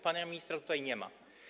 Pana ministra tutaj nie ma.